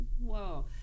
Whoa